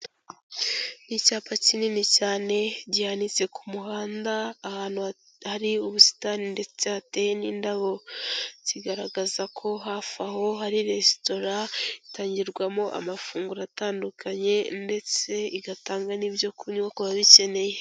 Icyapa kinini cyane gihanitse ku muhanda, ahantu hari ubusitani ndetse hateye n'indabo zigaragaza ko hafi aho hari resitora itangirwamo amafunguro atandukanye, ndetse igatanga n'ibyo kunywa ku ababikeneye.